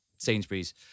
Sainsbury's